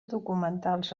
documentals